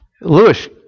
Lewis